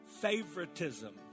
favoritism